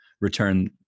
return